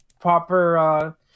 proper